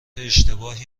اشتباهی